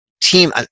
team